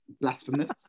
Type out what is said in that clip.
blasphemous